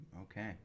Okay